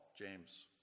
James